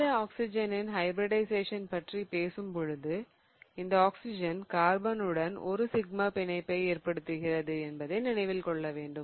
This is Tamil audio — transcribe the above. இந்த ஆக்ஸிஜனின் ஹைபிரிடிஷயேசன்பற்றி பேசும்பொழுது இந்த ஆக்சிஜன் கார்பன் உடன் ஒரு சிக்மா பிணைப்பை ஏற்படுத்துகிறது என்பதை நினைவில் கொள்ள வேண்டும்